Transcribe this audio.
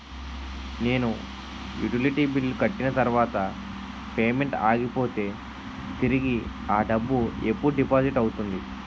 నేను utility bill కట్టిన తర్వాత పేమెంట్ ఆగిపోతే తిరిగి అ డబ్బు ఎప్పుడు డిపాజిట్ అవుతుంది?